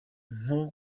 nko